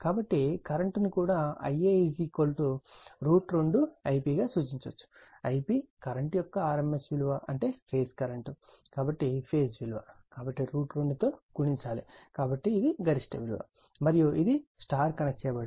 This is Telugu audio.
కాబట్టి కరెంట్ను కూడా Ia √ 2 Ip గా సూచించవచ్చు Ip కరెంట్ యొక్క rms విలువ అంటే ఫేజ్ కరెంట్ కాబట్టి ఫేజ్ విలువ కాబట్టి √ 2 తో గుణించాలి కాబట్టి ఇది గరిష్ట విలువ మరియు ఇది Y కనెక్ట్ చేయబడింది